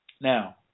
Now